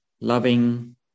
loving